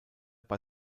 bei